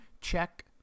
Check